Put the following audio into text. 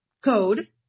code